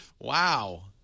Wow